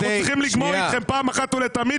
אנחנו צריכים לגמור אתכם פעם אחת ולתמיד,